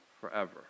forever